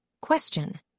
Question